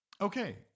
Okay